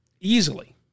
easily